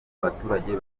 abaturage